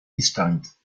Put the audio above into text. distinctes